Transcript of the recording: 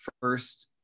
first